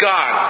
God